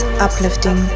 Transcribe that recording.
Uplifting